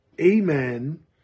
amen